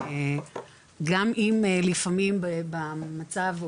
גם אם לפעמים במצב,